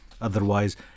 Otherwise